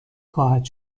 خواهد